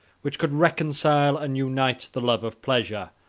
which could reconcile and unite the love of pleasure,